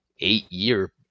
eight-year